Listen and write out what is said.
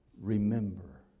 Remember